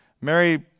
Mary